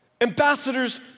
Ambassadors